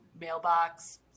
mailbox